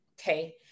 okay